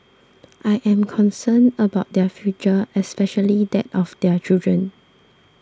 I am concerned about their future especially that of their children